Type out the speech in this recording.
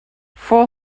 four